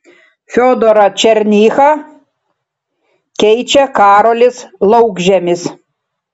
fiodorą černychą keičia karolis laukžemis